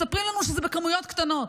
מספרים לנו שזה בכמויות קטנות.